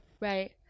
Right